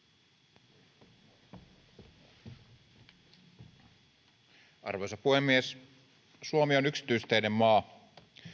arvoisa puhemies suomi on yksityisteiden maa